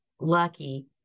lucky